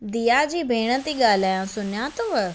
दीया जी भेण थी गा॒ल्हायां सुञातव